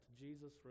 Jesus